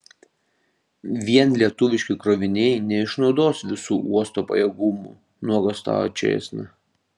vien lietuviški kroviniai neišnaudos visų uosto pajėgumų nuogąstavo čėsna